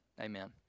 amen